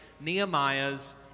Nehemiah's